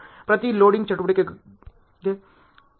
ಪ್ರತಿ ಲೋಡಿಂಗ್ ಚಟುವಟಿಕೆಗೆ ನನಗೆ ಮೂರು ಸಂಪನ್ಮೂಲಗಳು ಬೇಕಾಗುತ್ತವೆ